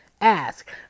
Ask